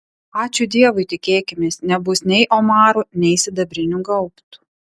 ačiū dievui tikėkimės nebus nei omarų nei sidabrinių gaubtų